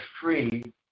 free